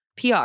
PR